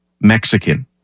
Mexican